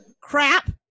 crap